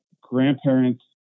grandparents